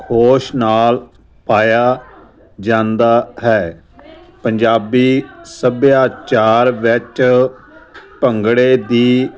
ਹੋਸ਼ ਨਾਲ ਪਾਇਆ ਜਾਂਦਾ ਹੈ ਪੰਜਾਬੀ ਸੱਭਿਆਚਾਰ ਵਿੱਚ ਭੰਗੜੇ ਦੀ